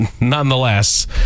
nonetheless